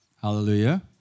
Hallelujah